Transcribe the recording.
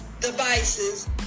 devices